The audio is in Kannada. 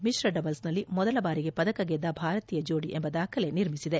ಮಿಶ್ರ ಡಬಲ್ಸ್ನಲ್ಲಿ ಮೊದಲ ಬಾರಿಗೆ ಪದಕ ಗೆದ್ದ ಭಾರತೀಯ ಜೋಡಿ ಎಂಬ ದಾಖಲೆ ನಿರ್ಮಿಸಿದೆ